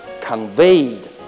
conveyed